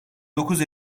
dokuz